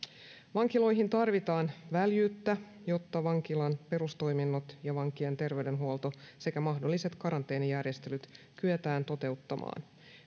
vankiloihin tarvitaan väljyyttä jotta vankilan perustoiminnot ja vankien terveydenhuolto sekä mahdolliset karanteenijärjestelyt kyetään toteuttamaan